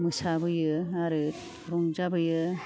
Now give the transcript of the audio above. मोसाबोयो आरो रंजाबोयो